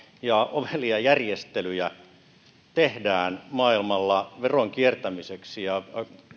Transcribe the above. ja ovelia järjestelyjä maailmalla tehdään veron kiertämiseksi ja